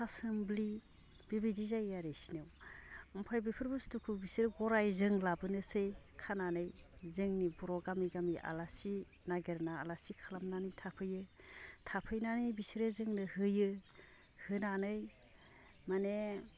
थासुमलि बिबायदि जायो आरो इसिनियाव ओमफाय बेफोर बुस्थुखौ बिसोर गरायजों लाबोनोनसै खानानै जोंनि बर' गामि गामि आलासि नागिरना आलासि खालामनानै थाफैयो थाफैनानै बिसोरो जोंनो होयो होनानै माने